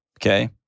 okay